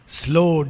slow